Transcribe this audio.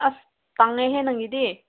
ꯑꯁ ꯐꯪꯉꯣꯏꯍꯦ ꯅꯪꯒꯤꯗꯤ